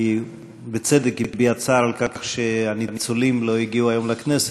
היא בצדק הביעה צער על כך שהניצולים לא הגיעו היום לכנסת.